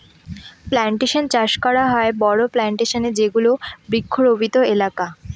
plantation চাষ করা হয় বড়ো প্লানটেশনে যেগুলো বৃক্ষরোপিত এলাকা